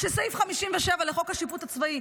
שסעיף 57 לחוק השיפוט הצבאי,